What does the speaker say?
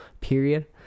Period